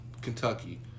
Kentucky